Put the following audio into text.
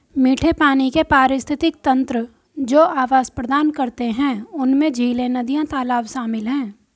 मीठे पानी के पारिस्थितिक तंत्र जो आवास प्रदान करते हैं उनमें झीलें, नदियाँ, तालाब शामिल हैं